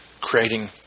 creating